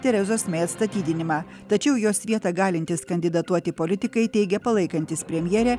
terezos mei atstatydinimą tačiau į jos vietą galintys kandidatuoti politikai teigia palaikantys premjerę